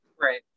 Right